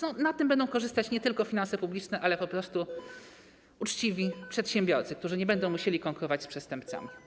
Na tym będą korzystać nie tylko finanse publiczne, ale po prostu uczciwi przedsiębiorcy, którzy nie będą musieli konkurować z przestępcami.